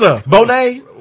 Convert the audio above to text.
Bonet